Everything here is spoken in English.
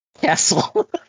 Castle